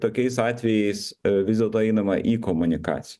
tokiais atvejais vis dėlto einama į komunikaci